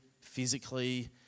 physically